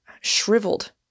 shriveled